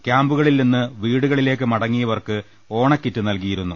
ക്യാംപുകളിൽ നിന്ന് വീടുകളി ലേക്ക് മടങ്ങിയവർക്ക് ഓണക്കിറ്റ് നൽകിയിരുന്നു